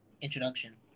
introduction